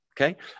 okay